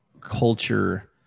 culture